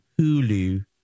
Hulu